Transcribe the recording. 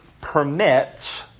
permits